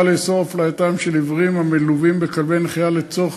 לאסור את הפלייתם של עיוורים המלוּוים בכלבי נחייה לצורך